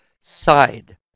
side